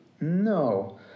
No